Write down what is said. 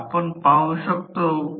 तर हे माझे समकक्ष circuit R e 1 X e 1 आहे